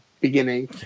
beginning